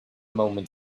moment